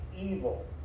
evil